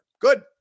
Good